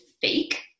fake